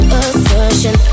assertion